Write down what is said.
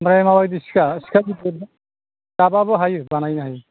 ओमफ्राय मा बायदि सिखा सिखा गिदिर दाबाबो हायो बानायनो हायो